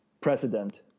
precedent